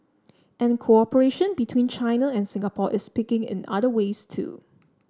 and cooperation between China and Singapore is picking in other ways too